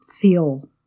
feel